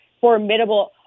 formidable